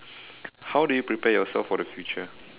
how do you prepare yourself for the future